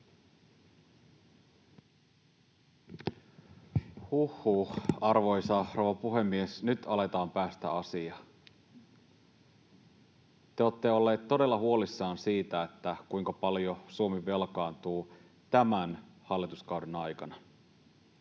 Content: Arvoisa rouva puhemies! Huh huh, nyt aletaan päästä asiaan. Te olette olleet todella huolissanne siitä, kuinka paljon Suomi velkaantuu tämän hallituskauden aikana.